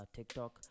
TikTok